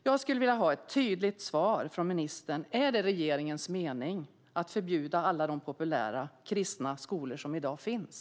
Jag skulle vilja ha ett tydligt svar från ministern: Är det regeringens mening att förbjuda alla de populära kristna skolor som i dag finns?